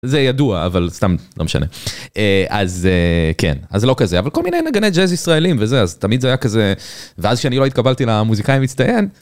זה ידוע אבל סתם לא משנה אז כן אז לא כזה אבל כל מיני נגני ג'אז ישראלים וזה אז תמיד זה היה כזה ואז שאני לא התקבלתי למוזיקאי המצטיין.